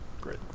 Great